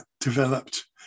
developed